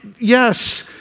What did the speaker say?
Yes